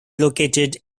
located